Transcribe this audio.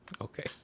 Okay